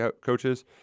coaches